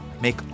make